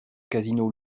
casino